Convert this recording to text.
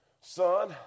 Son